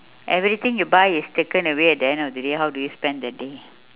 everything you buy is taken away at the end of the day how do you spend the day